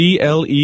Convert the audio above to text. CLE